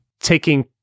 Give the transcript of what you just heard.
taking